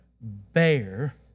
bear